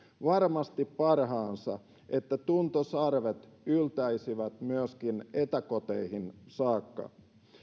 varmasti parhaansa että tuntosarvet yltäisivät myöskin etäkoteihin saakka